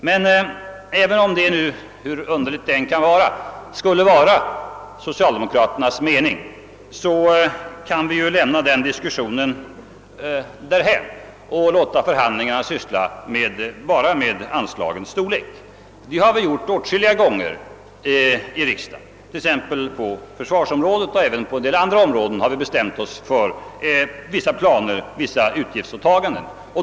Men även om nu detta, hur underligt det än är, skulle vara socialdemokraternas mening, kan vi ju lämna denna diskussion därhän och låta förhandlingarna enbart gälla anslagens storlek. Detta är något som vi gjort åtskilliga gånger i riksdagen. På exempelvis försvarsområdet och även på en del andra områden har vi bestämt oss för vissa utgiftsåtaganden.